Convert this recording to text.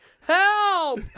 Help